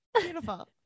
beautiful